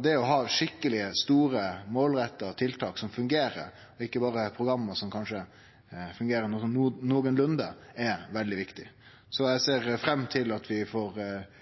Det å ha skikkelege, store og målretta tiltak som fungerer, og ikkje berre program som kanskje fungerer nokolunde, er veldig viktig. Eg ser fram til at vi får